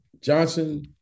Johnson